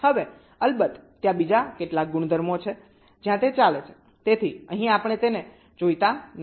હવે અલબત્ત ત્યાં બીજા કેટલાક ગુણધર્મો છે જ્યાં તે ચાલે છે તેથી અહીં આપણે તેને જોઈતા નથી